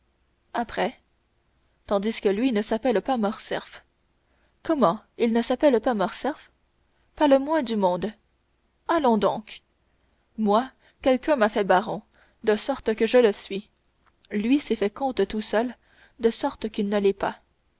après tandis que lui ne s'appelle pas morcerf comment il ne s'appelle pas morcerf pas le moins du monde allons donc moi quelqu'un m'a fait baron de sorte que je le suis lui s'est fait comte tout seul de sorte qu'il ne l'est pas